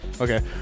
Okay